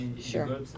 Sure